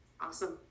Awesome